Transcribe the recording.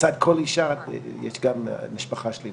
לבצע בדיקת סקר בגיל 50 וזו הפעם הראשונה שהם הלכו לבצע את בדיקת הסקר